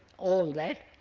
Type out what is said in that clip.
all that,